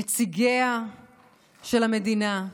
נציגיה של המדינה,